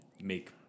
make